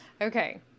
Okay